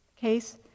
case